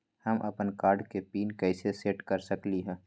हम अपन कार्ड के पिन कैसे सेट कर सकली ह?